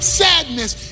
sadness